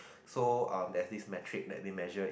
so uh there's this metric that they measure is